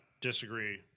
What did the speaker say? disagree